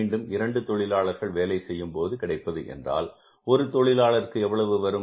மீண்டும் 2 தொழிலாளர்கள் வேலை செய்யும்போது கிடைப்பது என்றால் ஒரு தொழிலாளருக்கு எவ்வளவு வரும்